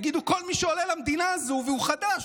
יגיד כל מי שעלה למדינה הזו והוא חדש.